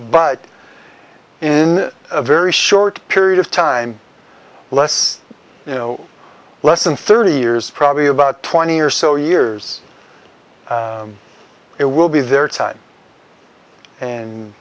but in a very short period of time less you know less than thirty years probably about twenty or so years it will be there and